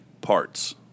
parts